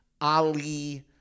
Ali